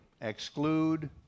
exclude